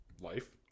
life